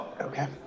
Okay